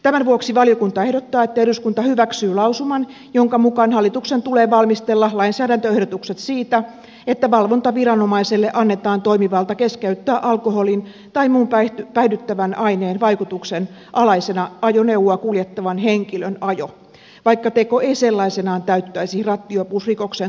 tämän vuoksi valiokunta ehdottaa että eduskunta hyväksyy lausuman jonka mukaan hallituksen tulee valmistella lainsäädäntöehdotukset siitä että valvontaviranomaiselle annetaan toimivalta keskeyttää alkoholin tai muun päihdyttävän aineen vaikutuksen alaisena ajoneuvoa kuljettavan henkilön ajo vaikka teko ei sellaisenaan täyttäisi rattijuopumusrikoksen tunnusmerkistöä